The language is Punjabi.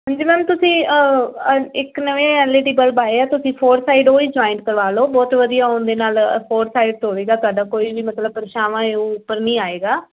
ਹਾਂਜੀ ਮੈਮ ਤੁਸੀਂ ਅ ਇੱਕ ਨਵੇਂ ਐੱਲ ਈ ਡੀ ਬੱਲਬ ਆਏ ਹੈ ਤੁਸੀਂ ਫੋਰ ਸਾਈਡ ਉਹ ਹੀ ਜੋਆਇੰਟ ਕਰਵਾ ਲਿਓ ਬਹੁਤ ਵਧੀਆ ਉਹਦੇ ਨਾਲ ਫੋਰ ਸਾਈਡ ਹੋਵੇਗਾ ਤੁਆਡਾ ਕੋਈ ਵੀ ਮਤਲਬ ਪਰਛਾਵਾਂ ਹੈ ਉਹ ਉੱਪਰ ਨਹੀਂ ਆਵੇਗਾ